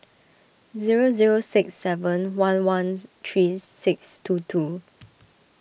zero zero six seven one one three six two two